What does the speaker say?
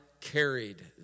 carried